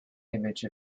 image